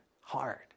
hard